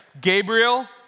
Gabriel